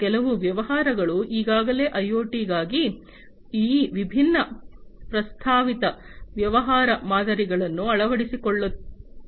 ಮತ್ತು ಕೆಲವು ವ್ಯವಹಾರಗಳು ಈಗಾಗಲೇ ಐಒಟಿಗಾಗಿ ಈ ವಿಭಿನ್ನ ಪ್ರಸ್ತಾವಿತ ವ್ಯವಹಾರ ಮಾದರಿಗಳನ್ನು ಅಳವಡಿಸಿಕೊಳ್ಳುತ್ತಿವೆ